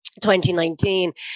2019